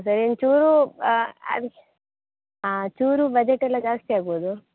ಒಂದು ಚೂರು ಹಾಂ ಚೂರು ಬಜೆಟೆಲ್ಲ ಜಾಸ್ತಿ ಆಗ್ಬೌದು